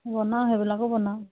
বনাওঁ সেইবিলাকো বনাওঁ